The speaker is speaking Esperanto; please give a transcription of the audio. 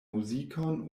muzikon